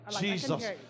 Jesus